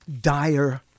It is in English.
dire